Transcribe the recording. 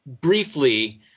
briefly